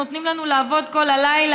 נותנים לנו לעבוד כל הלילה".